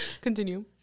Continue